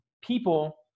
people